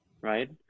Right